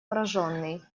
пораженный